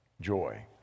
joy